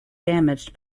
damaged